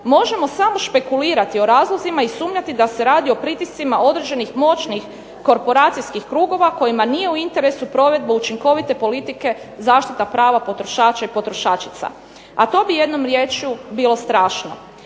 možemo samo špekulirati o razlozima i sumnjati da se radi o pritiscima određenih moćnih korporacijskih krugova kojima nije u interesu provedba učinkovite politike zaštite prava potrošača i potrošačica. A to bi jednom rječju bilo strašno.